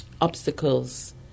obstacles